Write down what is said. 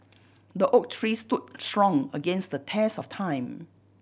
the oak tree stood strong against the test of time